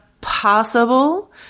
possible